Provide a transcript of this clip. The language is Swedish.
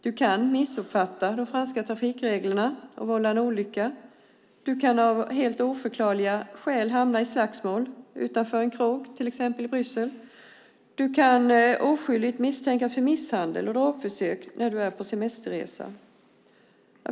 Du kan missuppfatta de franska trafikreglerna och vålla en olycka. Du kan av helt oförklarliga skäl hamna i slagsmål utanför en krog, till exempel i Bryssel. Du kan oskyldigt misstänkas för misshandel och dråpförsök när du är på semesterresa.